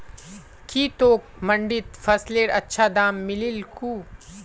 की तोक मंडीत फसलेर अच्छा दाम मिलील कु